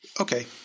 Okay